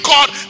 God